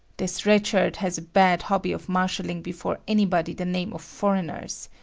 this red shirt has a bad hobby of marshalling before anybody the name of foreigners.